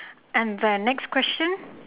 and the next question